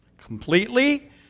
Completely